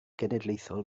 genedlaethol